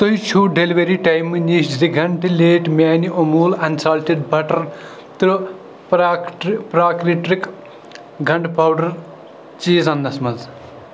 تُہۍ چھِو ڈیلؤری ٹایمہٕ نِش زٕ گھنٛٹہٕ لیٹ میٛانہِ اموٗل اَنسالٹِڈ بٹر تہٕ پرٛاکٹر پرٛاکریکٹرٕک گنٛڈٕ پاوڈر چیٖز انٕنَس منٛز